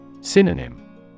Synonym